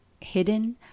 hidden